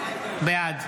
בעד